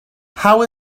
how